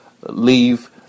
leave